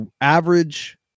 average